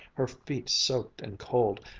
her feet soaked and cold.